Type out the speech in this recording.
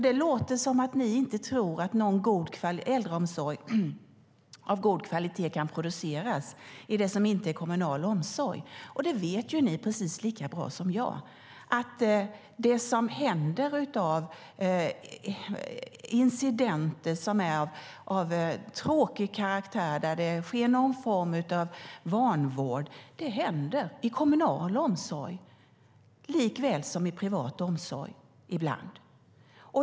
Det låter som om ni inte tror att någon äldreomsorg av god kvalitet kan produceras inom det som inte är kommunal omsorg. Men ni vet precis lika bra som jag att incidenter som är av tråkig karaktär, då det sker någon form av vanvård, ibland händer i kommunal omsorg likväl som i privat omsorg.